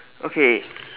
okay